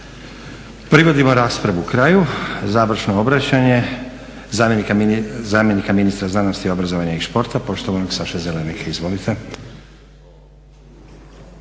Privodimo raspravu kraju. Završno obraćanje zamjenika ministra znanosti, obrazovanja i športa poštovanog Saše Zelenike. Izvolite.